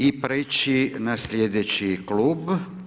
I preći na sljedeći Klub.